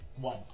One